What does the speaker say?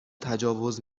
تجاوز